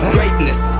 Greatness